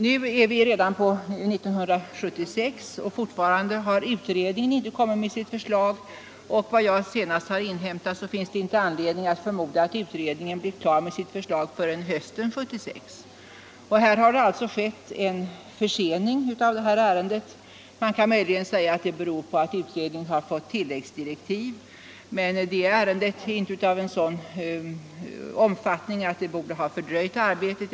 Nu är vi redan inne på 1976 och fortfarande har utredningen inte avlämnat sitt förslag. Efter vad jag senast har inhämtat finns det inte anledning att förmoda att utredningen blir klar med sitt förslag förrän under hösten 1976. Det har alltså skett en försening av detta ärende. Man kan möjligen säga att det beror på att utredningen har fått tilläggsdirektiv. Men det ärendet är inte av en sådan omfattning att det borde ha fördröjt arbetet.